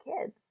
kids